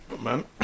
Man